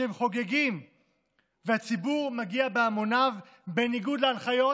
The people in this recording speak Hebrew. שחוגגים והציבור מגיע בהמוניו בניגוד להנחיות,